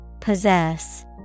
Possess